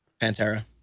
Pantera